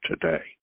today